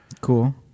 Cool